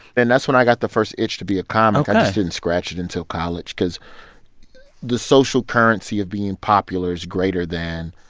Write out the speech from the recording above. and that's when i got the first itch to be a comic ok i just didn't scratch it until college because the social currency of being popular is greater than,